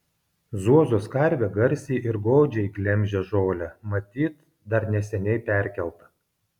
zuozos karvė garsiai ir godžiai glemžia žolę matyt dar neseniai perkelta